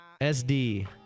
SD